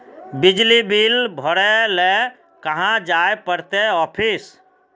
बिजली बिल भरे ले कहाँ जाय पड़ते ऑफिस?